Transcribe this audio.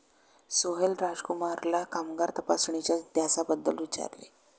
सोहेल राजकुमारला कामगार तपासणीच्या इतिहासाबद्दल विचारले